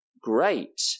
great